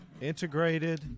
Integrated